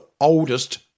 oldest